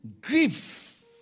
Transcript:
Grief